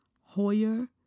Hoyer